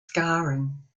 scarring